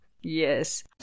Yes